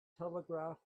telegraph